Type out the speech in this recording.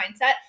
mindset